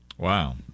Wow